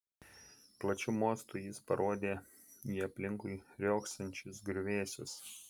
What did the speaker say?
plačiu mostu jis parodė į aplinkui riogsančius griuvėsius